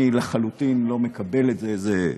אני לחלוטין לא מקבל את זה.